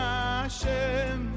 Hashem